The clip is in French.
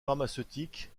pharmaceutiques